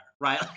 right